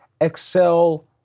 Excel